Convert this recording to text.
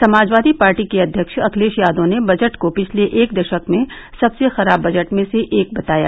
Samajwadi party के अध्यक्ष अखिलेश यादव ने बजट को पिछले एक दशक में सबसे खराब बजट में से एक बताया